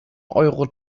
euro